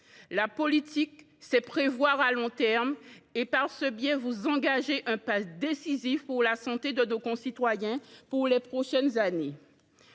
La politique, c’est prévoir à long terme et, par ce biais, vous accomplissez un pas décisif pour la santé de nos concitoyens pour les prochaines années.